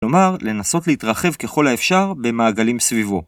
כלומר, לנסות להתרחב ככל האפשר במעגלים סביבו.